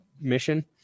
mission